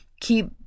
keep